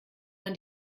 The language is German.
man